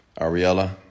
Ariella